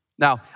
Now